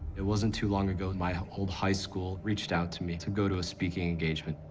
it wasn't too long ago, my old high school reached out to me to go to a speaking engagement.